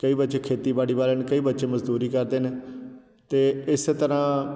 ਕਈ ਬੱਚੇ ਖੇਤੀਬਾੜੀ ਵਾਲੇ ਨੇ ਕਈ ਬੱਚੇ ਮਜ਼ਦੂਰੀ ਕਰਦੇ ਨੇ ਅਤੇ ਇਸੇ ਤਰ੍ਹਾਂ